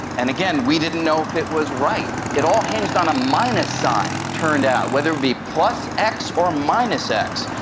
and again, we didn't know if it was right. it all hinged on a minus sign, it turned out, whether it be plus x or minus x.